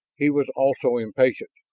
he was also impatient.